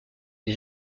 des